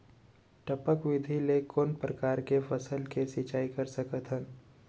टपक विधि ले कोन परकार के फसल के सिंचाई कर सकत हन?